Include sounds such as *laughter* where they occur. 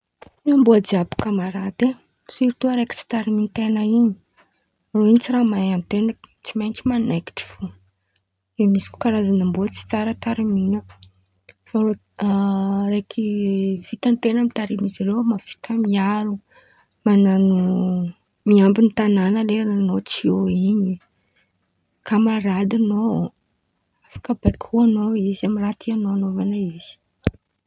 Tsy amboa jiàby kamarady e! Sirtoa araiky tsy tarimian-ten̈a in̈y, irô tsy raha mahay an-ten̈a tsy maintsy manaikitry fo. De misy koa karazan̈a amboa tsy tsara tarimian̈a fa irô *hesitation* raiky vitan-ten̈a mitarimo izy irô mavita miaro, man̈ano miambin̈y tan̈àna leran̈y an̈ao tsy eo in̈y, kamaradin̈ao, afaka bakoin̈ao izy amy raha tian̈ao an̈aovan̈a izy.